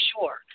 sure